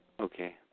Okay